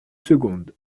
secondes